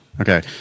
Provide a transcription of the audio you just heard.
Okay